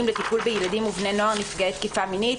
לטיפול בילדים ובני נוער נפגעי תקיפה מינית